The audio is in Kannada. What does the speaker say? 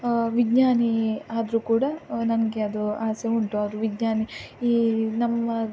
ವಿಜ್ಞಾನಿ ಆದರೂ ಕೂಡ ನನಗೆ ಅದು ಆಸೆ ಉಂಟು ಅವರು ವಿಜ್ಞಾನಿ ಈ ನಮ್ಮ